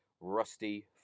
Rusty